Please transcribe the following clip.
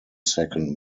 second